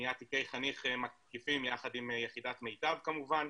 בניית תיקי חניך מקיפים יחד עם יחידת "מיטב" כמובן,